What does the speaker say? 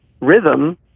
rhythm